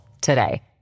today